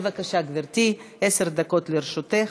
בבקשה, גברתי, עשר דקות לרשותך.